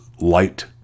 light